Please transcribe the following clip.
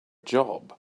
job